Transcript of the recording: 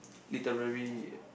literary